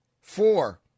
Four